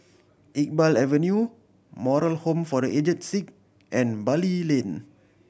Iqbal Avenue Moral Home for The Aged Sick and Bali Lane